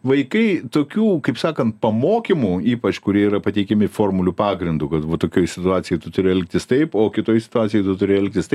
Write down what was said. vaikai tokių kaip sakant pamokymų ypač kurie yra pateikiami formulių pagrindu va tokioj situacijoj tu turi elgtis taip o kitoj situacijoj tu turi elgtis taip